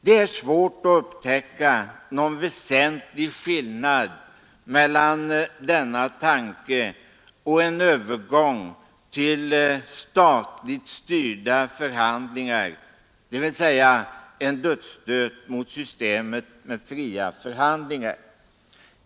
Det är svårt att upptäcka någon väsentlig skillnad mellan denna tanke och en övergång till statligt styrda förhandlingar, dvs. en dödsstöt mot systemet med fria förhandlingar.